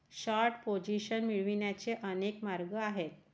short position मिळवण्याचे अनेक मार्ग आहेत